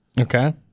Okay